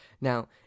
Now